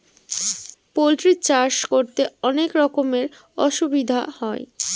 poultry চাষ করতে অনেক রকমের অসুবিধা হয়